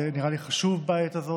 זה נראה לי חשוב בעת הזאת.